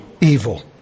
Evil